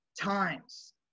times